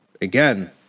Again